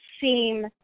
seem